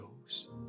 goes